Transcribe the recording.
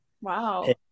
Wow